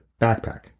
backpack